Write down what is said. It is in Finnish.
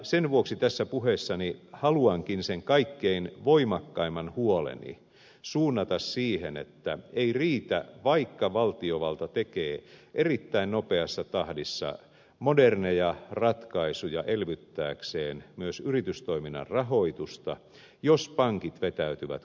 sen vuoksi tässä puheessani haluankin sen kaikkein voimakkaimman huoleni suunnata siihen että ei riitä vaikka valtiovalta tekee erittäin nopeassa tahdissa moderneja ratkaisuja elvyttääkseen myös yritystoiminnan rahoitusta jos pankit vetäytyvät kuoreensa